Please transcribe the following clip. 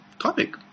topic